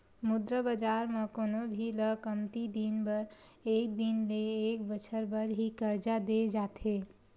मुद्रा बजार म कोनो भी ल कमती दिन बर एक दिन ले एक बछर बर ही करजा देय जाथे